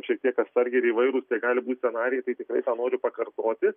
šiek tiek atsargiai ir įvairūs tai gali būt scenarijai tai tikrai ką noriu pakartoti